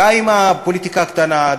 די עם הפוליטיקה הקטנה,